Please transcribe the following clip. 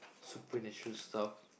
supernatural stuff